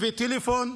אותך.